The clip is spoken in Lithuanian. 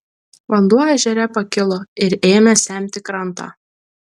vanduo ežere pakilo ir ėmė semti krantą